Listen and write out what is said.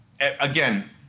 again